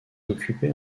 occupé